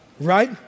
Right